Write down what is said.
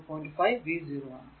5 v 0 ആണ്